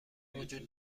وجود